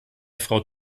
frau